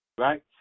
Right